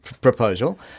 proposal